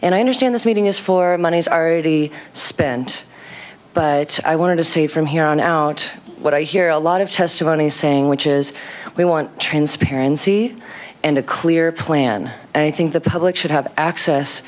and i understand this meeting is for money's already spent but i want to say from here on out what i hear a lot of testimony saying which is we want transparency and a clear plan i think the public should have access